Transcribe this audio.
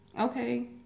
Okay